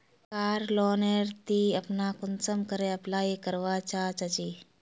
कार loan नेर ती अपना कुंसम करे अप्लाई करवा चाँ चची?